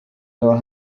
your